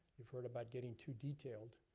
you've heard about getting too detailed,